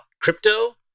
crypto